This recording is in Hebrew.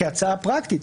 כהצעה פרקטית,